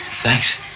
Thanks